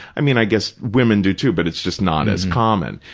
i mean, i guess women do, too, but it's just not as common,